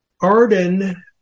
Arden